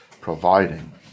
providing